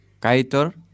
Kaitor